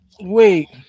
Wait